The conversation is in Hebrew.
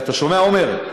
אתה שומע, עמר?